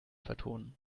vertonen